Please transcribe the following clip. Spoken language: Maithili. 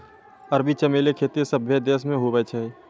अरबी चमेली खेती सभ्भे देश मे हुवै छै